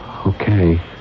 Okay